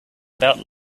about